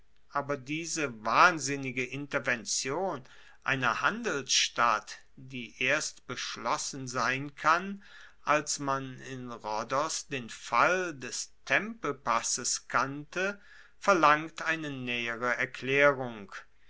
aber diese wahnsinnige intervention einer handelsstadt die erst beschlossen sein kann als man in rhodos den fall des tempepasses kannte verlangt eine naehere erklaerung